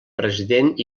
president